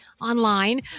online